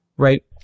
Right